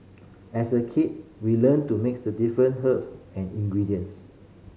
as a kid we learnt to mix the different herbs and ingredients